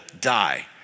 die